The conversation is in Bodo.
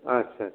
आदसा आदसा